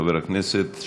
חבר הכנסת,